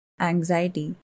anxiety